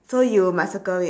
so you must circle it